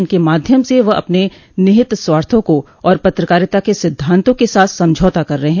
इनके माध्यम से वह अपने निहित स्वार्थों को और पत्रकारिता के सिद्धांतों के साथ समझौता कर रहे हैं